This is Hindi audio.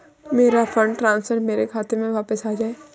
मेरा फंड ट्रांसफर मेरे खाते में वापस आ गया है